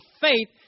faith